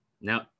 Now